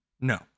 No